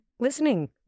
listening